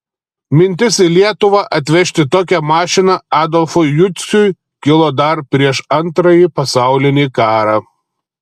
mintis į lietuvą atvežti tokią mašiną adolfui juciui kilo dar prieš antrąjį pasaulinį karą